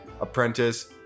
apprentice